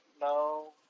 No